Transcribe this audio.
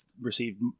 received